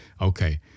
okay